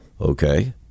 Okay